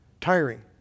Tiring